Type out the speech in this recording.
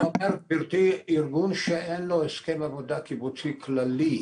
אני אומר גברתי: ארגון שאין לו הסכם עבודה קיבוצי כללי.